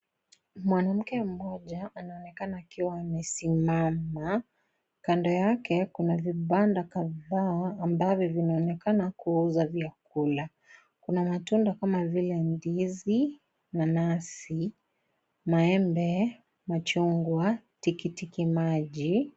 Mwanamke mmoja, anaoneka akiwa amesimama. Kando yake, kuna vibanda kadhaa ambavyo vinaonekana kuuza vyakula. Kuna matunda kama vile, ndizi, nanasi, maembe, machungwa, tikitiki maji.